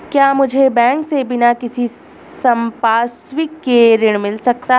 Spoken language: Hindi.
क्या मुझे बैंक से बिना किसी संपार्श्विक के ऋण मिल सकता है?